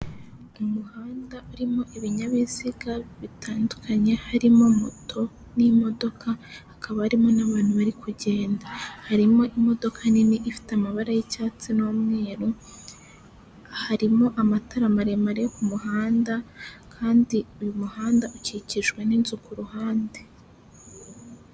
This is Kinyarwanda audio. Umuhanda urimo ibinyabiziga bitandukanye, harimo moto n'imodoka, hakaba harimo n'abantu bari kugenda, harimo imodoka nini ifite amabara y'icyatsi n'umweru, harimo amatara maremare yo ku muhanda kandi uyu muhanda ukikijwe n'inzu ku ruhande.